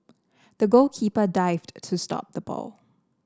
the goalkeeper dived to stop the ball